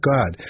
God